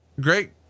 Great